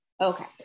Okay